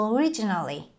Originally